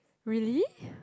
really